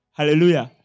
Hallelujah